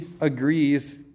agrees